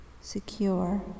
secure